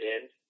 end